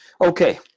Okay